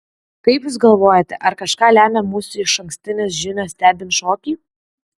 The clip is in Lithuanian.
kaip jūs galvojate ar kažką lemia mūsų išankstinės žinios stebint šokį